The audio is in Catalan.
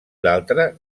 l’altra